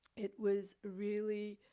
it was really,